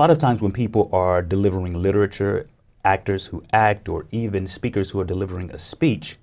lot of times when people are delivering literature actors who act or even speakers who are delivering a speech